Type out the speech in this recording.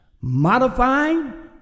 Modifying